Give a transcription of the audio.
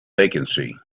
vacancy